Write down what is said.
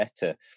better